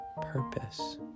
purpose